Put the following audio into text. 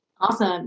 awesome